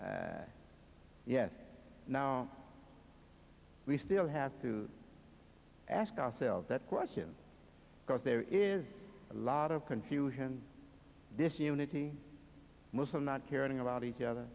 yes now we still have to ask ourselves that question because there is a lot of confusion this unity muslim not caring about each other